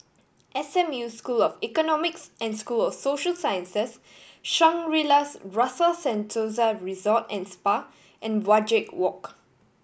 S M U School of Economics and School of Social Sciences Shangri La's Rasa Sentosa Resort and Spa and Wajek Walk